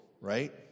right